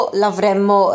l'avremmo